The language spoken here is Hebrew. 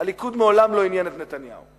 הליכוד מעולם לא עניין את נתניהו.